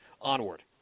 onward